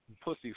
pussy